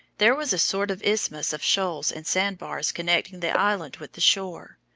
there was a sort of isthmus of shoals and sand-bars connecting the island with the shore.